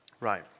Right